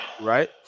Right